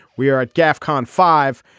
we are at gafcon five.